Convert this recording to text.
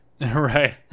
right